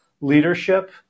leadership